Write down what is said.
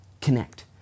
connect